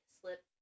slip